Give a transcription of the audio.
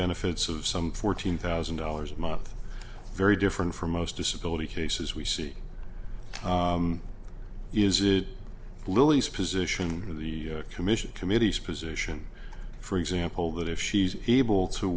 benefits of some fourteen thousand dollars a month very different from most disability cases we see uses lilly's position in the commission committee's position for example that if she's able to